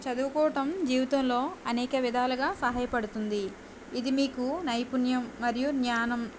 చదువుకోవటం జీవితంలో అనేక విధాలుగా సహాయపడుతుంది ఇది మీకు నైపుణ్యం మరియు జ్ఞానం